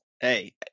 Hey